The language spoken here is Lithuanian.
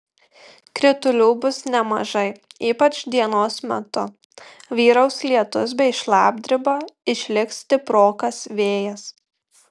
kritulių bus nemažai ypač dienos metu vyraus lietus bei šlapdriba išliks stiprokas vėjas